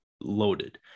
loaded